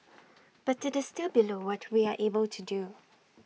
but IT is still below what we are able to do